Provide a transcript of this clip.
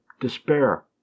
despair